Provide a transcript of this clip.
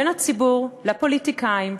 בין הציבור לפוליטיקאים,